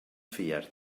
fies